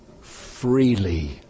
freely